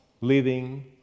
living